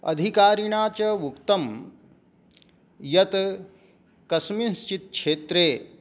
अधिकारिणा च उक्तं यत् कस्मिँश्चित् क्षेत्रे